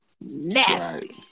nasty